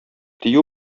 тию